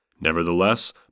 Nevertheless